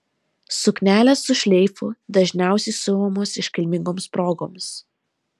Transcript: suknelės su šleifu dažniausiai siuvamos iškilmingoms progoms